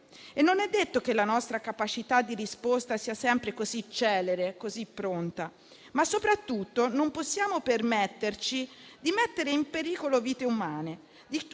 e non è detto che la nostra capacità di risposta sia sempre così celere, così pronta. Soprattutto, però, non possiamo permetterci di mettere in pericolo vite umane,